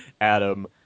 adam